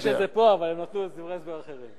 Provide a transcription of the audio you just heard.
ג'ומס, זה פה, אבל הם נתנו דברי הסבר אחרים.